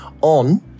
on